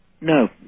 No